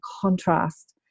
contrast